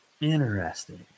Interesting